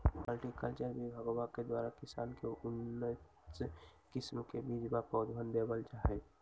horticulture विभगवा के द्वारा किसान के उन्नत किस्म के बीज व पौधवन देवल जाहई